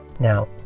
Now